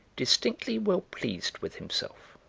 distinctly well pleased with himself.